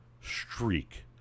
streak